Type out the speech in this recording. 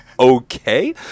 okay